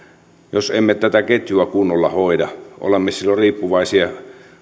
jos emme tätä ketjua kunnolla hoida olemme riippuvaisia